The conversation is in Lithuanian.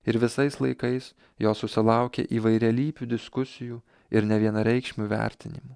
ir visais laikais jos susilaukė įvairialypių diskusijų ir nevienareikšmių vertinimų